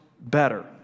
better